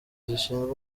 zishinzwe